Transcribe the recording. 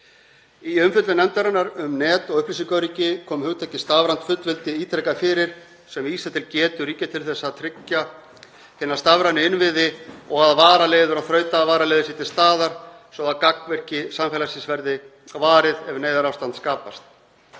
Í umfjöllun nefndarinnar um net- og upplýsingaöryggi kom hugtakið stafrænt fullveldi ítrekað fyrir sem vísar til getu ríkja til þess að tryggja hina stafrænu innviði og að varaleiðir og þrautavaraleiðir séu til staðar svo að gangvirki samfélagsins verði varið ef neyðarástand skapast.